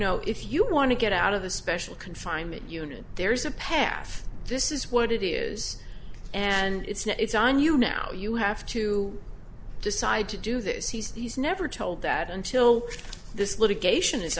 know if you want to get out of the special confinement unit there's a path this is what it is and it's not it's on you now you have to decide to do this he's never told that until this litigation i